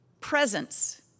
presence